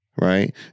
Right